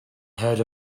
heard